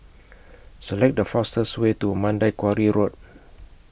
Select The fastest Way to Mandai Quarry Road